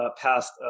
passed